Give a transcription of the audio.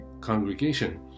congregation